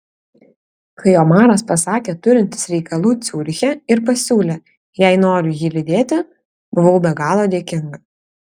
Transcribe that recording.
kai omaras pasakė turintis reikalų ciuriche ir pasiūlė jei noriu jį lydėti buvau be galo dėkinga